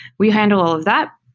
we handle all of that.